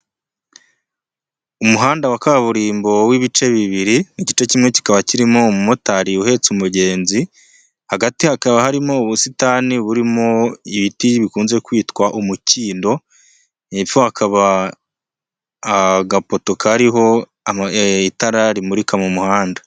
Umuhanda wa kaburimbo w'ibice bibiri, igice kimwe kikaba kirimo umumotari uhetse umugenzi, hagati hakaba harimo ubusitani burimo ibiti bikunze kwitwa umukindo, hepfo hakaba agapoto kariho itara rimurika mu muhanda.